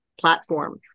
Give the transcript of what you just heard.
platform